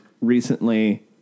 recently